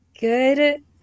Good